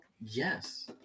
Yes